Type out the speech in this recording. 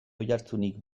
oihartzunik